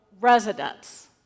residents